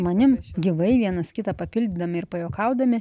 manim gyvai vienas kitą papildydami ir pajuokaudami